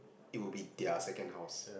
it would be their second house